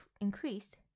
increased